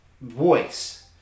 voice